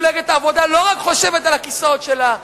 מפלגת העבודה לא רק חושבת על הכיסאות שלה,